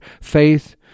faith